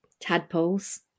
tadpoles